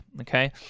okay